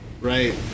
Right